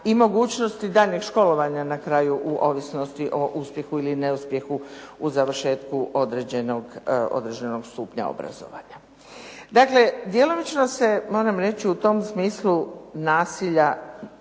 i mogućnosti daljnjeg školovanja na kraju u ovisnosti o uspjehu ili neuspjehu u završetku određenog stupnja obrazovanja. Dakle, djelomično se moram reći u tom smislu nasilja,